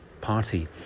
party